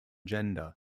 gender